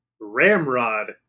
Ramrod